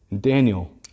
Daniel